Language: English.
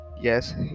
Yes